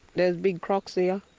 there are big crocs here.